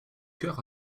chœur